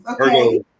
Okay